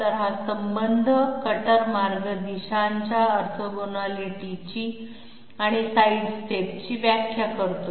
तर हा संबंध कटर मार्ग दिशांच्या ऑर्थोगोनॅलिटीची आणि साईड स्टेप ची व्याख्या करतो